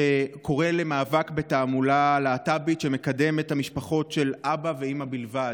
שקורא למאבק בתעמולה להט"בית ומקדם את המשפחות של אבא ואימא בלבד.